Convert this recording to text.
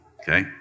Okay